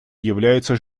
являются